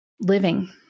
living